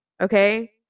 Okay